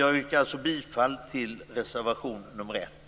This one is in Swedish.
Jag yrkar alltså bifall till reservation 1.